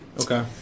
Okay